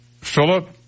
Philip